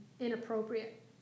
Inappropriate